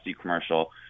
commercial